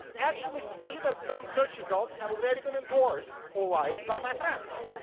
actually see that some search results have already been endorsed or liked by my friends.